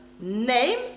name